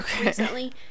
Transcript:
recently